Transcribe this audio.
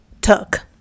took